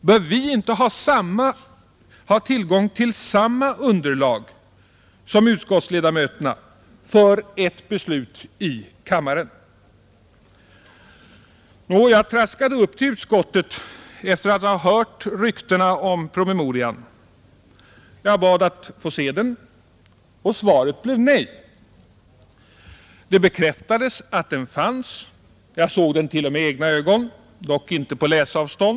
Bör inte vi ha tillgång till samma underlag för ett beslut i kammaren som utskottets ledamöter har? Efter att ha hört ryktena om promemorian traskade jag upp till utskottet och bad att få se den, Svaret blev nej. Det bekräftades att promemorian fanns, Jag såg den t.o.m. med egna ögon; dock inte på läsavstånd.